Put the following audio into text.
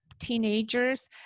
teenagers